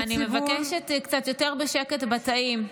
אני מבקשת קצת יותר שקט בתאים.